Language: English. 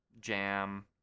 jam